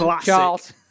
Charles